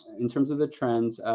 in terms of the trends,